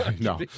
no